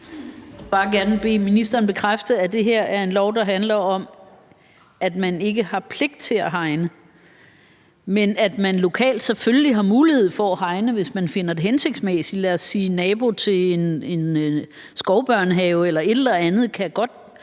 Jeg vil bare gerne bede ministeren bekræfte, at det her er en lov, der handler om, at man ikke har pligt til at hegne, men at man selvfølgelig lokalt har en mulighed for at hegne, hvis man finder det hensigtsmæssigt, lad os sige en nabo til en skovbørnehave eller et eller andet, der godt